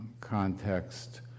context